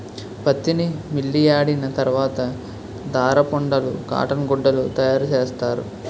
పత్తిని మిల్లియాడిన తరవాత దారపుండలు కాటన్ గుడ్డలు తయారసేస్తారు